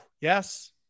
yes